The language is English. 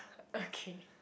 okay